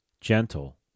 gentle